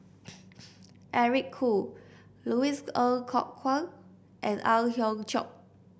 Eric Khoo Louis Ng Kok Kwang and Ang Hiong Chiok